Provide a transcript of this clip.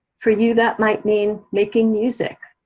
for you, that might mean making music,